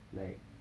like